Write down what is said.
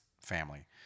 family